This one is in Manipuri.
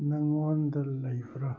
ꯅꯉꯣꯟꯗ ꯂꯩꯕ꯭ꯔꯥ